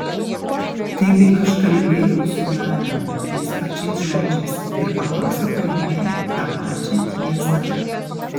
taigi aš kalbėjau su nadia tais pačiais žodžiais ir papasakojau jai tą pačią tiesą